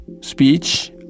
speech